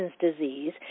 disease